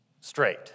straight